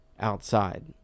outside